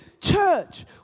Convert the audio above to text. church